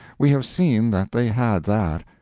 we have seen that they had that.